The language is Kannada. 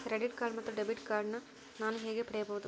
ಕ್ರೆಡಿಟ್ ಕಾರ್ಡ್ ಮತ್ತು ಡೆಬಿಟ್ ಕಾರ್ಡ್ ನಾನು ಹೇಗೆ ಪಡೆಯಬಹುದು?